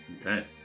Okay